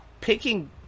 picking